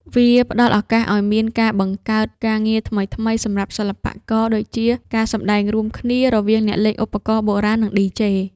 វាផ្ដល់ឱកាសឱ្យមានការបង្កើតការងារថ្មីៗសម្រាប់សិល្បករ ដូចជាការសម្ដែងរួមគ្នា រវាងអ្នកលេងឧបករណ៍បុរាណ និង DJ។